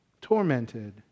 tormented